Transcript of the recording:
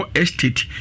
estate